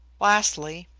lastly,